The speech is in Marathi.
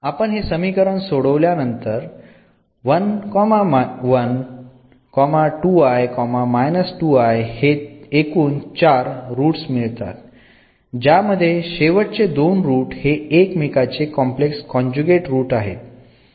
आपण हे समीकरण सोडल्यानंतर असे एकूण चार बुक्स मिळतात ज्यामध्ये शेवटचे दोन रूट हे एकमेकांचे कॉम्प्लेक्स कॉन्जुगेट रूट्स आहेत